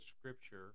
scripture